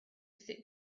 sit